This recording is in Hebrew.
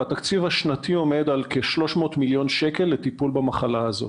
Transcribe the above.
התקציב השנתי עומד על כ-300 מיליון שקל לטיפול במחלה הזאת.